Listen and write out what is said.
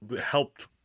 helped